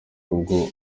ubwo